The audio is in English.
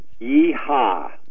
Yeehaw